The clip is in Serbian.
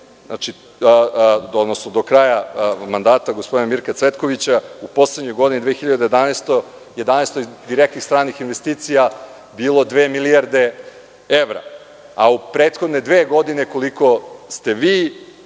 godine, odnosno do kraja mandata gospodina Mirka Cvetkovića, u poslednjoj godini, 2011. godini, direktnih stranih investicija bilo je dve milijarde evra, a u prethodne dve godine, koliko ste vi,